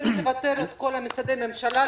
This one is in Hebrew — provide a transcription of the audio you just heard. צריך לבטל את כל משרדי הממשלה,